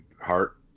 heart